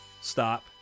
stop